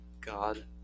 God